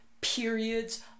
periods